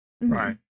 Right